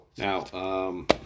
Now